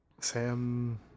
Sam